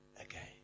again